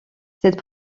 cette